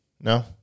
No